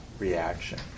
reaction